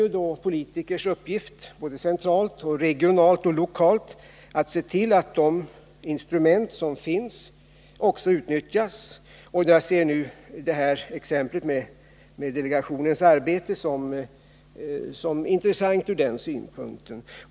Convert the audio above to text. Men det är politikers uppgift, centralt, regionalt och lokalt, att se till att de instrument som finns också utnyttjas, och jag ser exemplet med delegationens arbete som intressant från den synpunkten.